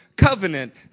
Covenant